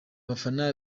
bafana